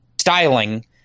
styling